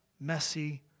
messy